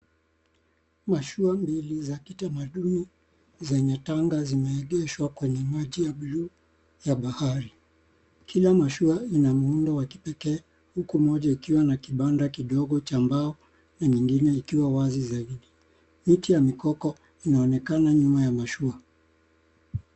Mashua mbili za kitamaduni zenye tanga zimeegeshwa kwenye maji ya buluu ya bahari. Kila mashua ina muundo wa kipekee huku moja ikiwa na kibanda kidogo cha mbao na nyingine ikiwa wazi zaidi. Miti ya mikoko inaonekana nyuma ya mashua.